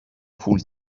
پول